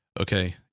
okay